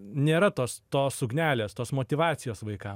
nėra tos tos ugnelės tos motyvacijos vaikam